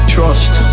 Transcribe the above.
Trust